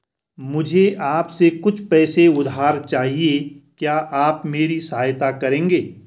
मुझे आपसे कुछ पैसे उधार चहिए, क्या आप मेरी सहायता करेंगे?